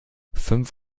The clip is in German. fünf